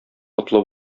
котлы